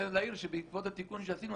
בעקבות התיקון שעשינו,